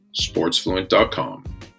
sportsfluent.com